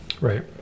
Right